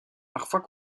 parfois